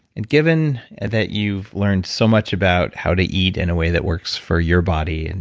and given that you've learned so much about how to eat in a way that works for your body, and